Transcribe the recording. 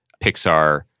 Pixar